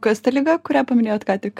kas ta liga kurią paminėjot ką tik